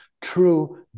true